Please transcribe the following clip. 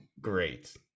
great